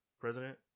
president